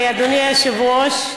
אדוני היושב-ראש,